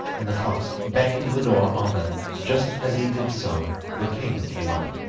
and the fox banged the door on them just as he did so the king came up.